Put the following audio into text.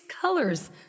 colors